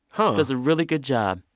he does a really good job.